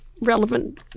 relevant